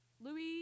Louis